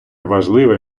важливе